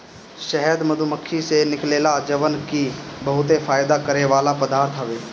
शहद मधुमक्खी से निकलेला जवन की बहुते फायदा करेवाला पदार्थ हवे